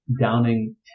downing